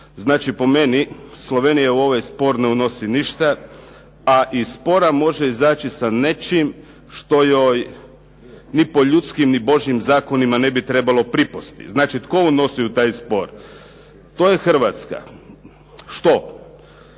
Znači po meni, Slovenija u ovaj spor ne unosi ništa, a iz spora može izaći sa nečim što joj ni po ljudski, ni po Božjim zakonima ne bi trebalo pripasti. Znači, tko unosi u taj spor? To je Hrvatska. Što?